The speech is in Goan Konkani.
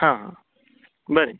हां बरें